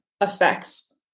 effects